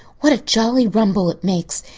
what a jolly rumble it makes!